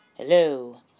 Hello